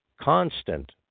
constant